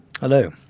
Hello